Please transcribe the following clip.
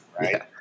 right